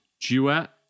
duet